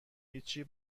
هیچی